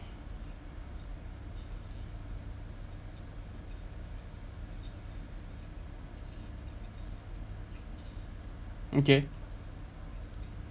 okay